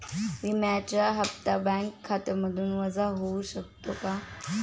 विम्याचा हप्ता बँक खात्यामधून वजा होऊ शकतो का?